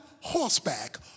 horseback